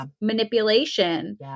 manipulation